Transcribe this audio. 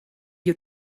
you